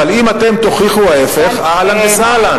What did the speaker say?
אבל אם אתם תוכיחו ההיפך, אהלן וסהלן.